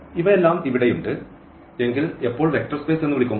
ഇവയെല്ലാം ഇവിടെയുണ്ട് എങ്കിൽ എപ്പോൾ വെക്റ്റർ സ്പേസ് എന്ന് വിളിക്കും